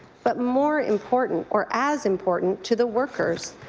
but more important or as important to the workers,